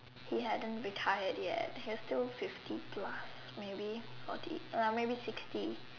he hadn't retired yet he's still fifty plus maybe forty uh maybe sixty